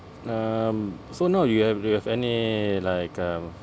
um so now you have you have any like um